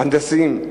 הנדסיים,